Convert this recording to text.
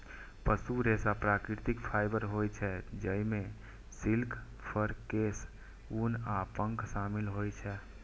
पशु रेशा प्राकृतिक फाइबर होइ छै, जइमे सिल्क, फर, केश, ऊन आ पंख शामिल होइ छै